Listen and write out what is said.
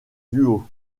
duo